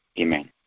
Amen